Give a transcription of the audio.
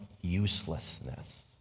uselessness